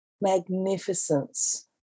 magnificence